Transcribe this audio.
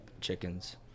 chickens